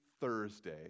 Thursday